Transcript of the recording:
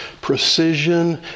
precision